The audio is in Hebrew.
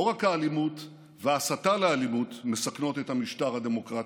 לא רק אלימות והסתה לאלימות מסכנות את המשטר הדמוקרטי,